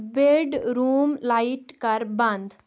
bed room light کر بند